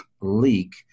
leak